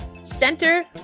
Center